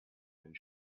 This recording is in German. den